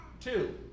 Two